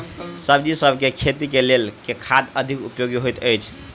सब्जीसभ केँ खेती केँ लेल केँ खाद अधिक उपयोगी हएत अछि?